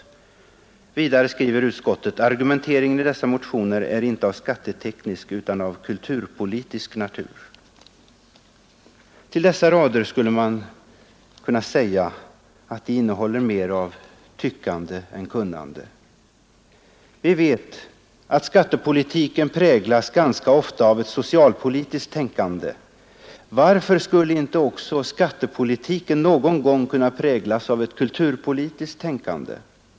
Vidare skriver utskottet: ”Argumenteringen i dessa motioner är inte av skatteteknisk utan av kulturpolitisk natur.” Om dessa rader skulle man kunna säga att de innehåller mer av tyckande än kunnande. Vi vet att skattepolitiken ganska ofta präglas av ett socialpolitiskt tänkande. Varför skulle inte också skattepolitiken någon gång kunna präglas av ett kulturpolitiskt tänkande?